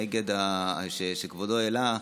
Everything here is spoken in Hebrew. נגד מה שכבודו העלה,